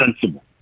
sensible